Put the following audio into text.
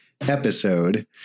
episode